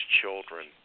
children